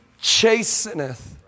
chasteneth